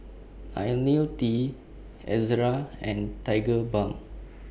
Ionil T Ezerra and Tigerbalm